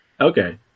Okay